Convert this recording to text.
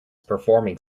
performing